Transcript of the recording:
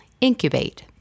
incubate